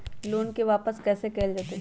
Loan के वापस कैसे कैल जतय?